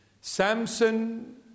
Samson